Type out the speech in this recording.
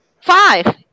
Five